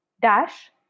dash